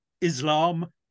Islam